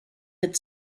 had